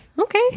Okay